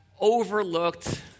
overlooked